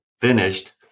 finished